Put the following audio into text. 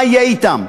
מה יהיה אתם.